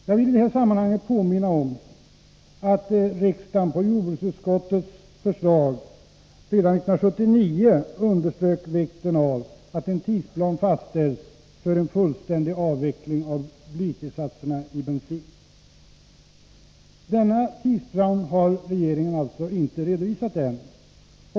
Jag vill i det här sammanhanget påminna om att riksdagen på jordbruksutskottets förslag redan 1979 underströk vikten av att en tidsplan fastställs för en fullständig avveckling av blytillsatser i bensin. Denna tidsplan har regeringen alltså ännu inte redovisat.